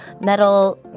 metal